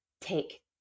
take